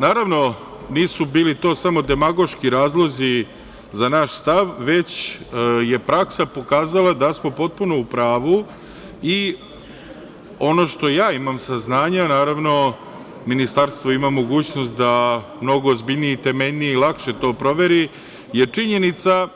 Naravno, nisu bili to samo demagoški razlozi za naš stav, već je praksa pokazala da smo potpuno u pravo i ono što imam saznanja, naravno Ministarstvo ima mogućnost da mnogo ozbiljnije, temeljnije i lakše to proveri, je činjenica